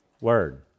word